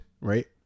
right